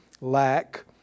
lack